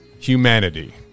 humanity